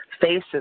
faces